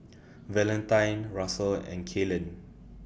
Valentine Russel and Kaylen